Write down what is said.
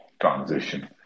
transition